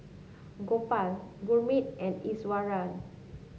Gopal Gurmeet and Iswaran